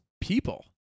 people